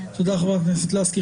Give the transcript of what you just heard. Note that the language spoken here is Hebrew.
תודה, חברת הכנסת לסקי.